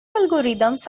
algorithms